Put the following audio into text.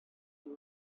иде